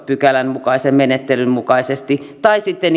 pykälän mukaisen menettelyn mukaisesti tai sitten